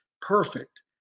perfect